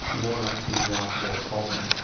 the more likely you are to get a problem.